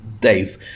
Dave